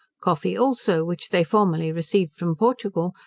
coffee also, which they formerly received from portugal,